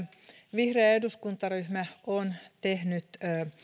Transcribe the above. vihreä eduskuntaryhmä on tehnyt